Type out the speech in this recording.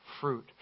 fruit